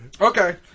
Okay